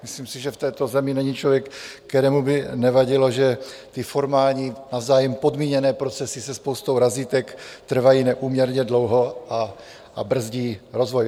Myslím si, že v této zemi není člověk, kterému by nevadilo, že ty formální, navzájem podmíněné procesy se spoustou razítek trvají neúměrně dlouho a brzdí rozvoj.